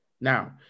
Now